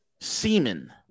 semen